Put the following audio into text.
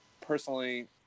personally